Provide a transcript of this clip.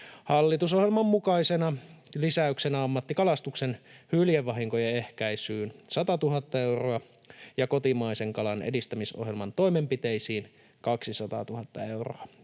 hallitusohjelman mukaisena lisäyksenä ammattikalastuksen hyljevahinkojen ehkäisyyn 100 000 euroa ja kotimaisen kalan edistämisohjelman toimenpiteisiin 200 000 euroa.